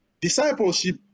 discipleship